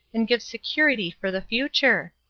and give security for the future.